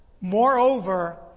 Moreover